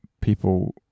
people